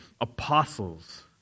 apostles